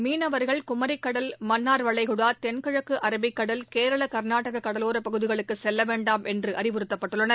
மீளவா்கள் குமிக்கடல் மன்னார் வளைகுடா தென்கிழக்கு அரபிக்கடல் கேரள கர்நாடக கடலோரப் பகுதிகளுக்கு செல்ல வேண்டாம் என்று அறிவுறுத்தப்படுகிறார்கள்